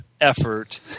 effort